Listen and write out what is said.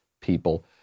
people